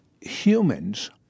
humans